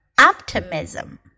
optimism